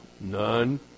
None